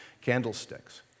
candlesticks